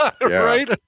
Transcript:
Right